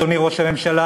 אדוני ראש הממשלה,